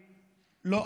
לא,